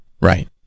right